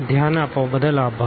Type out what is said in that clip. ધ્યાન આપવા બદલ આભાર